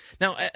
Now